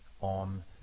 on